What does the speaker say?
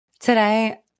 Today